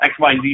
XYZ